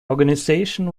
organization